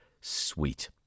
Sweet